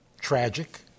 tragic